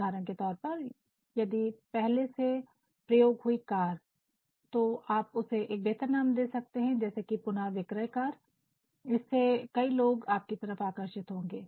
उदाहरण के तौर पर यदि 'पहले से प्रयोग हुई कार' तो आप उसे एक बेहतर नाम दे सकते हैं जैसे कि 'पुन विक्रय कार' इससे कई लोग इसकी तरफ आकर्षित होंगे